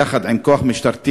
יחד עם כוח משטרתי,